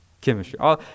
chemistry